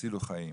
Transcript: יצילו חיים,